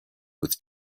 with